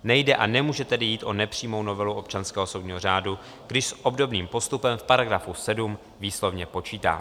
Nejde a nemůže tedy jít o nepřímou novelu občanského soudního řádu, když s obdobným postupem v § 7 výslovně počítá.